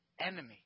enemy